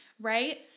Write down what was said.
right